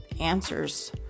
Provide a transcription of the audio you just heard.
answers